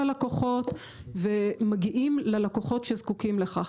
פונים ללקוחות ומגיעים ללקוחות שזקוקים לכך.